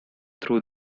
through